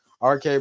RK